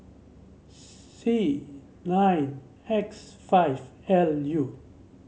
C nine X five L U